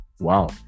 wow